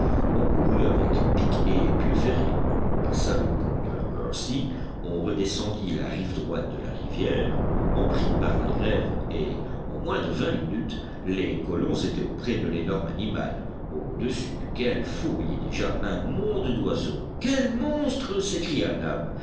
on courut avec pics et épieux ferrés on passa le pont de la mercy on redescendit la rive droite de la rivière on prit par la grève et en moins de vingt minutes les colons étaient auprès de l'énorme animal au-dessus duquel fourmillait déjà un monde d'oiseaux quel monstre s'écria nab